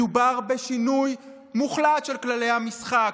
מדובר בשינוי מוחלט של כללי המשחק,